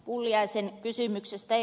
pulliaisen kysymyksestä